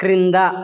క్రింద